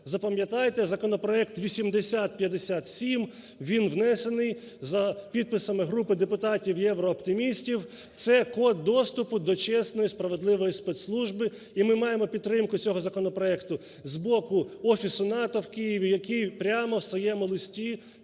запам'ятайте законопроект 8057, він внесений за підписами групидепутатів-єврооптимістів, це код доступу до чесної справедливої спецслужби. І ми маємо підтримку цього законопроекту з боку Офісу НАТО в Києві, який прямо в своєму листі